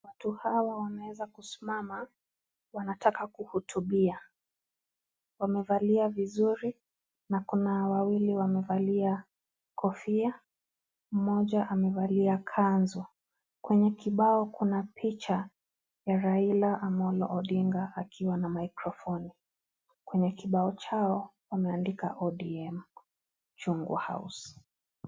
Watu hawa wameweza kusimama wanataka kuhutubia. Wamevalia vizuri na kuna wawili wamevalia kofia. Mmoja amevalia kanzu. Kwenye kibao kuna picha ya Raila Amolo Odinga akiwa na maikrofoni. Kwenye kibao chao wameandika ODM, chungwa house .